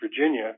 Virginia